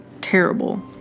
terrible